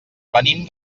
venim